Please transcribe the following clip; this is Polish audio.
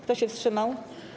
Kto się wstrzymał?